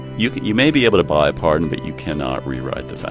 you you may be able to buy a pardon, but you cannot rewrite the